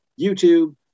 YouTube